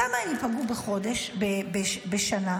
בכמה הן יפגעו בחודש, בשנה?